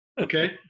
Okay